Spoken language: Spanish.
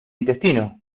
intestino